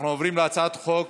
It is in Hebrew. אנחנו עוברים להצעת חוק